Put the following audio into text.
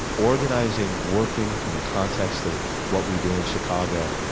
organizing, working in the context of what we do in chicago,